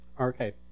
okay